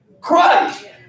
Christ